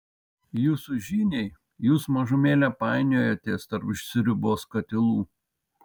jūsų žiniai jūs mažumėlę painiojatės tarp sriubos katilų